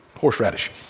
horseradish